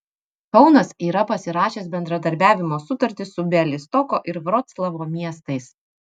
kaunas yra pasirašęs bendradarbiavimo sutartis su bialystoko ir vroclavo miestais